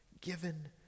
given